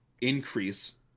increase